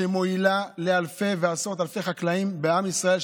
שמועילה לאלפי ועשרות אלפי חקלאים בעם ישראל,